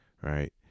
right